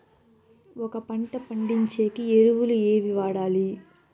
ఒక పంట పండించేకి ఎరువులు ఏవి వాడాలి?